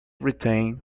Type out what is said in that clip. britain